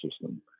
system